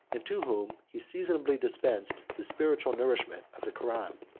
and to whom he seasonably dispensed the spiritual nourishment of the koran.